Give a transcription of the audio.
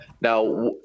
Now